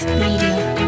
media